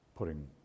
putting